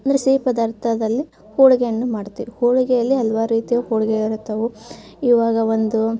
ಅಂದರೆ ಸಿಹಿ ಪದಾರ್ಥದಲ್ಲಿ ಹೋಳಿಗೆಯನ್ನು ಮಾಡ್ತೇವೆ ಹೋಳಿಗೆಯಲ್ಲಿ ಹಲವಾರು ರೀತಿಯ ಹೋಳಿಗೆ ಇರುತ್ತವೆ ಈವಾಗ ಒಂದು